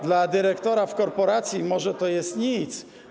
Dla dyrektora w korporacji może to jest nic.